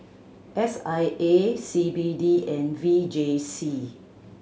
S I A C B D and V J C